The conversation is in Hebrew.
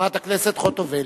חברת הכנסת חוטובלי.